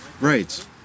right